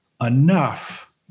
enough